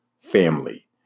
family